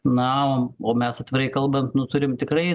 na o mes atvirai kalbant nu turim tikrai